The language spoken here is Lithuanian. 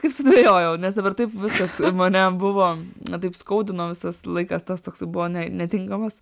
kaip sudvejojau nes dabar taip viskas mane buvo na taip skaudino visas laikas tas toksai buvo netinkamas